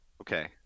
Okay